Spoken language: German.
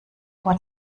vor